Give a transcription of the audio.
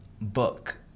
book